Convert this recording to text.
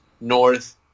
north